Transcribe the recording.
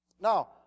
Now